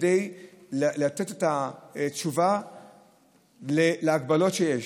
כדי לתת תשובה בהגבלות שיש.